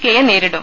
K യെ നേരിടും